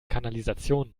kanalisation